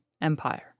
Empire